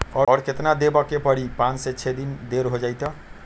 और केतना देब के परी पाँच से छे दिन देर हो जाई त?